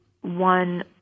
one